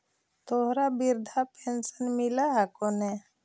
तोहरा वृद्धा पेंशन मिलहको ने?